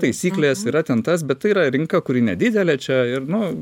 taisyklės yra ten tas bet tai yra rinka kuri nedidelė čia ir nu